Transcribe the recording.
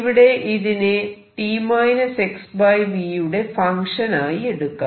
ഇവിടെ ഇതിനെ t - xv യുടെ ഫങ്ക്ഷൻ ആയി എടുക്കാം